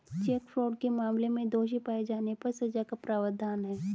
check fraud के मामले में दोषी पाए जाने पर सजा का प्रावधान है